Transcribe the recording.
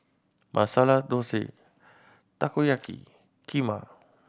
Masala Dosa Takoyaki Kheema